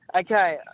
Okay